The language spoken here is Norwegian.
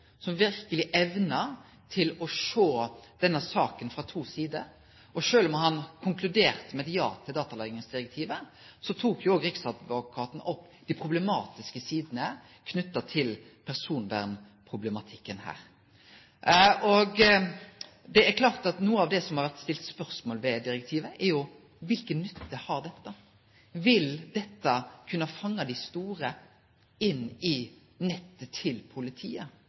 som verkeleg evna å sjå denne saka frå to sider. Sjølv om riksadvokaten konkluderte med eit ja til datalagringsdirektivet, tok han òg opp dei problematiske sidene knytte til personvernproblematikken her. Det er klart at noko av det som det har vore stilt spørsmål ved når det gjeld direktivet, er kva for nytte det har. Vil dette kunne fange dei store i nettet til politiet?